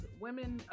women